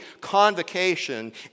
convocation